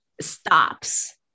stops